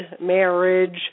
marriage